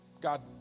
God